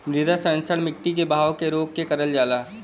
मृदा संरक्षण मट्टी के बहाव के रोक के करल जाला